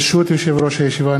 ברשות יושב-ראש הישיבה,